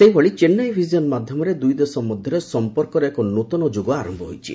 ସେହିଭଳି ଚେନ୍ସାଇ ଭିଜନ ମାଧ୍ୟମରେ ଦୁଇଦେଶ ମଧ୍ୟରେ ସଂପର୍କର ଏକ ନୃତନ ଯୁଗ ଆରମ୍ଭ ହୋଇଛି